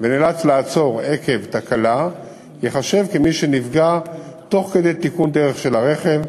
ונאלץ לעצור עקב תקלה ייחשב כמי שנפגע תוך כדי "תיקון דרך" של הרכב,